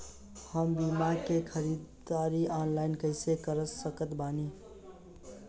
हम बीया के ख़रीदारी ऑनलाइन कैसे कर सकत बानी?